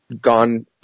gone